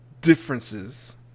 differences